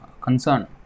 concern